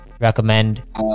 Recommend